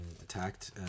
attacked